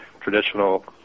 traditional